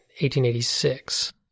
1886